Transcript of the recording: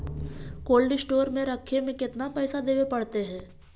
Cold store में रखे में केतना पैसा देवे पड़तै है?